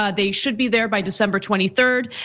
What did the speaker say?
ah they should be there by december twenty third.